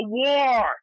war